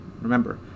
Remember